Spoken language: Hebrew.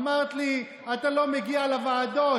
אמרת לי: אתה לא מגיע לוועדות,